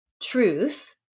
truth